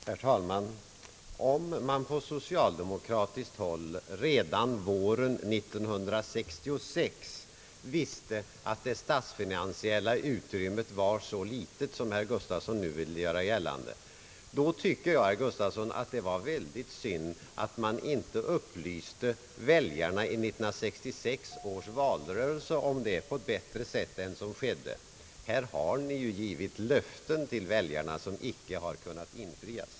Herr talman! Om man på socialdemokratiskt håll redan våren 1966 visste att det statsfinansiella utrymmet var så litet som herr Bengt Gustavsson vill göra gällande, tycker jag, att det var väldigt synd att man inte upplyste väljarna i 1966 års valrörelse om det på ett bättre sätt än som skedde. Här har ni givit löften till väljarna, som icke har kunnat infrias.